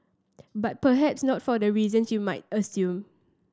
but perhaps not for the reasons you might assume